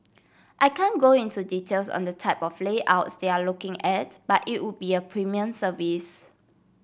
I can go into details on the type of layouts they're looking at but it would be a premium service